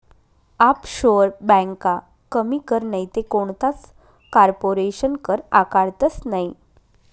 offshore ब्यांका कमी कर नैते कोणताच कारपोरेशन कर आकारतंस नयी